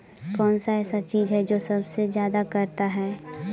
कौन सा ऐसा चीज है जो सबसे ज्यादा करता है?